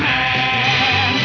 Man